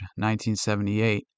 1978